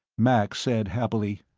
max said happily,